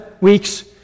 weeks